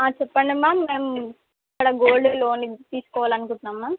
చెప్పండి మ్యామ్ మేం ఇక్కడ గోల్డ్ లోన్ తీసుకోవాలనుకుంటున్నాము మ్యామ్